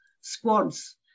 squads